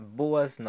boas